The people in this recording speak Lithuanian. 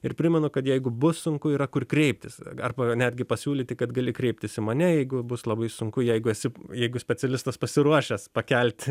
ir primenu kad jeigu bus sunku yra kur kreiptis arba netgi pasiūlyti kad gali kreiptis į mane jeigu bus labai sunku jeigu esi jeigu specialistas pasiruošęs pakelti